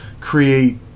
create